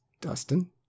Dustin